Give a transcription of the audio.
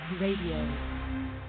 radio